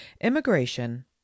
Immigration